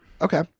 Okay